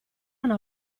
una